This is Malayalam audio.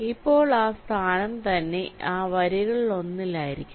ഇപ്പോൾ ആ സ്ഥാനം തന്നെ ആ വരികളിലൊന്നിൽ ആയിരിക്കണം